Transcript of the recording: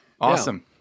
Awesome